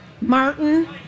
Martin